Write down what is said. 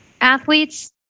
athletes